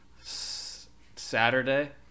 Saturday